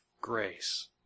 grace